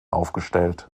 aufgestellt